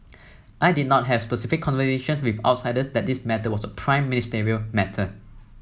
I did not have specific conversations with outsiders that this matter was a Prime Ministerial matter